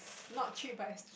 not cheap but is